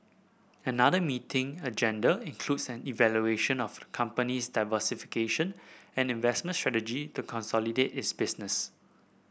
another meeting agenda includes an evaluation of company's diversification and investment strategy to consolidate its business